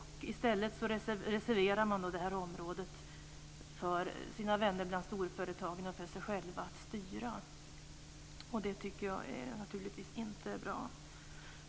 I stället reserverar man området för sina vänner bland storföretagen och för sig själv att styra. Det är inte bra.